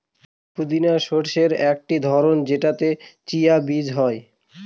পুদিনা শস্যের একটি ধরন যেটাতে চিয়া বীজ হয়